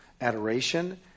adoration